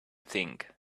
thing